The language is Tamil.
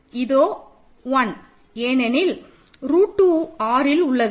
இதோ 1 ஏனெனில் ரூட் 2 Rல் உள்ளது